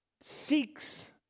seeks